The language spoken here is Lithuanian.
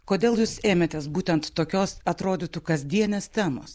kodėl jūs ėmėtės būtent tokios atrodytų kasdienės temos